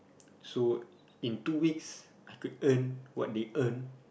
so in two weeks I could earn what they earn